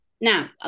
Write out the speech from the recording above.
Now